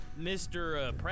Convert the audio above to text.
Mr